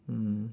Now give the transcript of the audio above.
mm